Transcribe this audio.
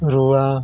रुवा